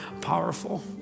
powerful